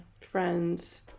friends